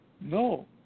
no